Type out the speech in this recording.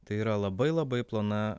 tai yra labai labai plona